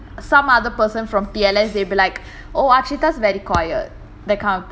some other person from T_L_S they'll be like oh ashikta is very quiet that kind of th~